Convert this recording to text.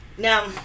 Now